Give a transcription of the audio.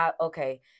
Okay